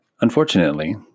Unfortunately